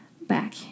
back